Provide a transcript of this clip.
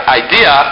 idea